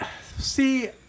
See